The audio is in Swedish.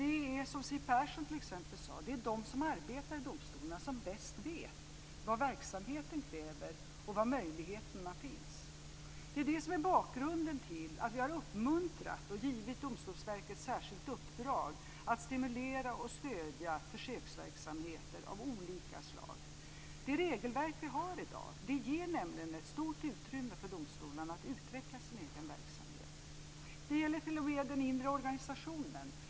Det är, som Siw Persson sade, de som arbetar i domstolarna som bäst vet vad verksamheten kräver och var möjligheterna finns. Det är det som är bakgrunden till att vi har uppmuntrat och givit Domstolsverket i särskilt uppdrag att stimulera och stödja försöksverksamheter av olika slag. Det regelverk vi har i dag ger nämligen ett stort utrymme för domstolarna att utveckla sin egen verksamhet. Det gäller t.o.m. den inre organisationen.